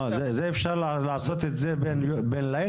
מה, אפשר לעשות את זה בין לילה?